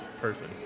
person